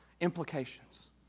implications